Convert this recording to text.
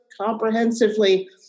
comprehensively